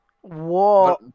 whoa